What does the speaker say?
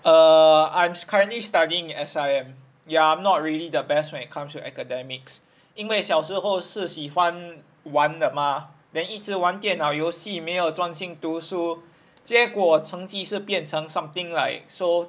err I'm currently studying S_I_M ya I'm not really the best when it comes to academics 因为小时候是喜欢玩的 mah then 一直玩电脑游戏没有专心读书结果成绩是变成 something like so